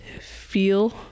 feel